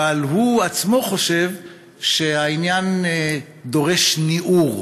אבל הוא עצמו חושב שהעניין דורש ניעור,